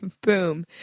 Boom